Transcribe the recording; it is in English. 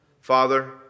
father